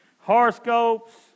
Horoscopes